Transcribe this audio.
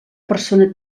persona